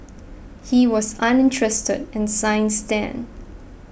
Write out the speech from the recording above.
he was uninterested in science then